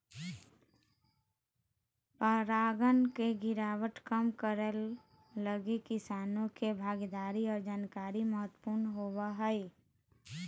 परागण के गिरावट कम करैय लगी किसानों के भागीदारी और जानकारी महत्वपूर्ण होबो हइ